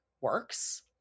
works